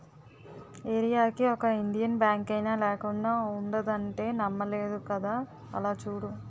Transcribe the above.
ఏరీయాకి ఒక ఇండియన్ బాంకైనా లేకుండా ఉండదంటే నమ్మలేదు కదా అలా చూడు